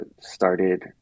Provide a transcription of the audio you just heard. started